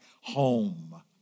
home